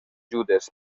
judes